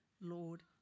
Lord